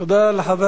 תודה לחבר